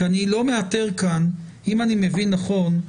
אם אני מבין נכון,